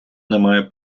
немає